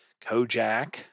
Kojak